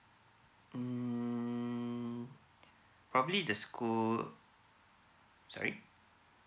mm probably the school sorry